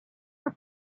were